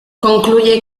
concluye